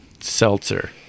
seltzer